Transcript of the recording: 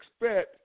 expect